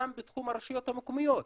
גם בתחום הרשויות המקומיות.